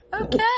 Okay